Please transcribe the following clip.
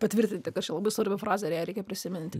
patvirtinti kažką labai svarbią frazę ją reikia prisiminti